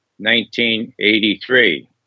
1983